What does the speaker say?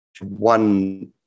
One